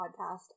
podcast